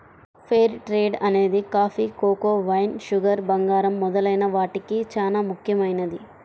fair trade అనేది coffee, cocoa, wine, sugar, బంగారం మొదలైన వాటికి చానా ముఖ్యమైనది